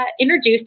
introduced